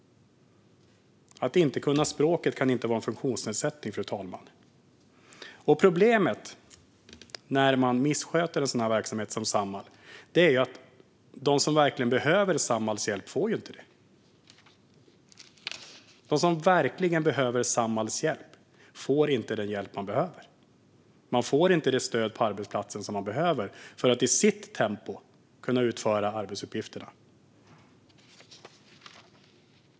Att inte kunna språket kan inte vara en funktionsnedsättning, fru talman. Problemet när man missköter en verksamhet som Samhall är att de som verkligen behöver Samhalls hjälp inte får den. De som verkligen behöver Samhalls hjälp får inte det stöd på arbetsplatsen som de behöver för att i sitt tempo kunna utföra arbetsuppgifterna.